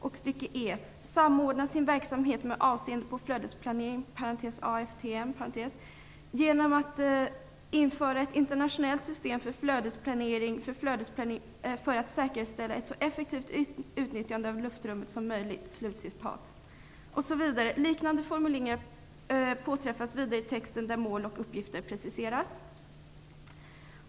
Och stycke E: "samordna sin verksamhet med avseende på flödesplanering genom att införa ett internationellt system för flödesplanering för att säkerställa ett så effektivt utnyttjande av luftrummet som möjligt." Liknande formuleringar påträffas vidare i texten, där mål och uppgifter preciseras.